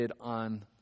on